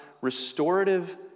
restorative